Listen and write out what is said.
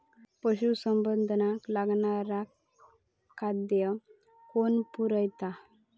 पशुसंवर्धनाक लागणारा खादय कोण पुरयता?